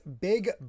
Big